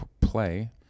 play